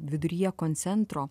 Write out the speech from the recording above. viduryje koncentro